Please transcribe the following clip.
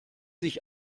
sich